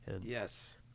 Yes